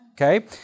Okay